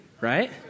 right